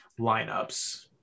lineups